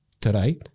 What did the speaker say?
Today